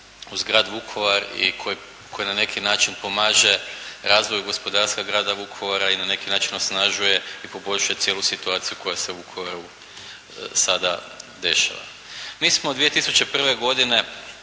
uz grad Vukovar i koji na neki način pomaže razvoju gospodarstva grada Vukovara i na neki način osnažuje i poboljšuje cijelu situaciju koja se sada u Vukovaru dešava. Mi smo 2001. godine